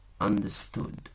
Understood